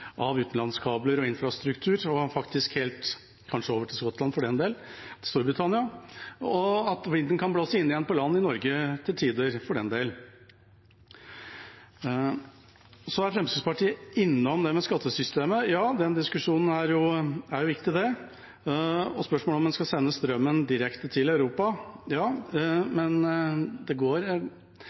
utenlandskabler og infrastruktur, faktisk kanskje helt over til Skottland, Storbritannia, og at vinden kan blåse inn igjen på land i Norge til tider, for den del. Så er Fremskrittspartiet innom det med skattesystemet. Den diskusjonen er viktig, og spørsmålet om en skal sende strømmen direkte til Europa. Men det går